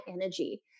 energy